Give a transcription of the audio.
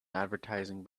advertising